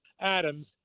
Adams